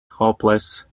hopeless